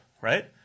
right